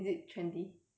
ya